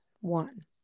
one